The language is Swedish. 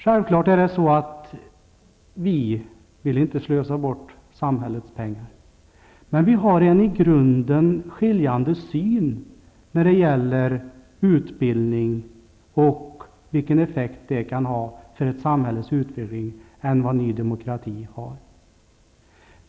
Självfallet vill vi inte slösa bort samhällets pengar. Men vår syn på utbildning och vilken effekt den kan ha för ett samhälles utveckling skiljer sig helt från den som Ny Demokrati har.